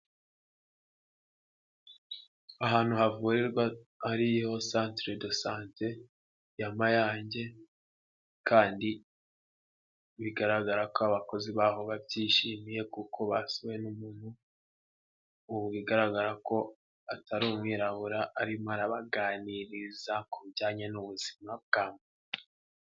Ahantu havurirwa hariyo santire desante ya Mayange kandi bigaragara ko abakozi baho babyishimiye kuko basuwe n'umuntu bigaragara ko atari umwirabura arimo arabaganiriza ku bijyanye n'ubuzima bwabo.